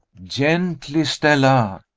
gently, stella!